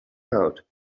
out